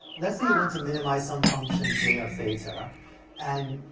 let's say you want to minimize some function j of theta and,